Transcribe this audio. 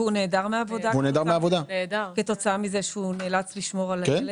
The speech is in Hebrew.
הוא נעדר מהעבודה כתוצאה מזה שהוא נאלץ לשמור על הילד,